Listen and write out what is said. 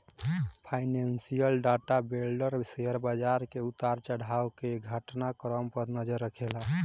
financial data vendor share बाजार के उतार चढ़ाव के घटना क्रम पर नजर रखेला